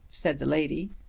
said the lady.